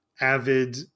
avid